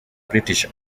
british